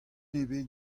ebet